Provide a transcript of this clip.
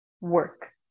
work